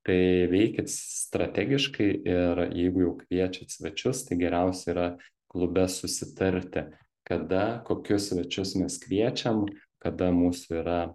tai veikit strategiškai ir jeigu jau kviečiat svečius tai geriausia yra klube susitarti kada kokius svečius mes kviečiam kada mūsų yra